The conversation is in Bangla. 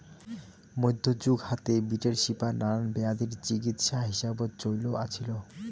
মইধ্যযুগ হাতে, বিটের শিপা নানান বেয়াধির চিকিৎসা হিসাবত চইল আছিল